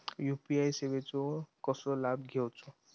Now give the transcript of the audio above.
UPI सेवाचो कसो लाभ घेवचो?